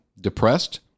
Depressed